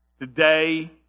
Today